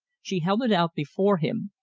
she held it out before him.